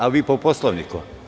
A vi po Poslovniku.